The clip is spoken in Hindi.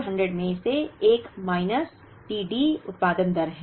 तो 2400 में एक माइनस t D उत्पादन दर है